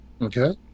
Okay